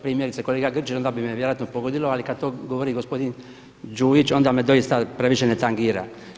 Primjerice kolega Grbin, onda bi me vjerojatno pogodilo, ali kad to govori kolega Đujić onda me doista previše ne tangira.